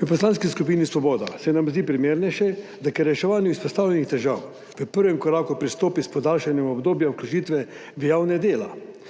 V Poslanski skupini Svoboda se nam zdi primernejše, da k reševanju izpostavljenih težav v prvem koraku pristopimo s podaljšanjem obdobja vključitve v javna dela